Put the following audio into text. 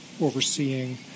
overseeing